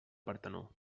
partenó